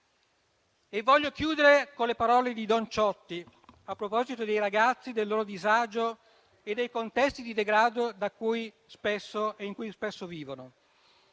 Voglio chiudere con le parole di Don Ciotti a proposito dei ragazzi, del loro disagio e dei contesti di degrado in cui spesso vivono: